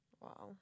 Wow